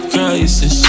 Crisis